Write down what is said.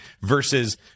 versus